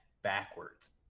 backwards